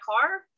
car